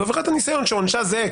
זאת עבירת הניסיון שעונשה זהה.